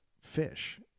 fish